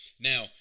Now